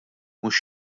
mhux